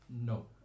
No